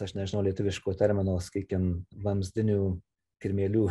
aš nežinau lietuviško termino sakykim vamzdinių kirmėlių